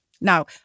Now